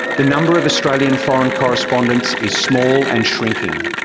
the number of australian foreign correspondents is small and shrinking.